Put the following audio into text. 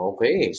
Okay